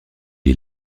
est